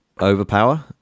overpower